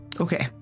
Okay